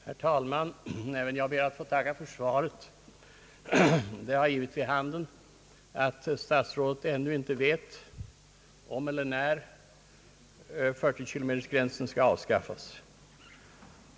Herr talman! Även jag ber att få tacka för svaret; Det har givit vid handen att statsrådet ännu inte vet om eller när 40-kilometersgränsen skall avskaffas.